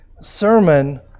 sermon